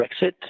Brexit